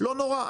לא נורא,